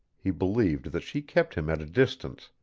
he believed that she kept him at a distance,